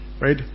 Right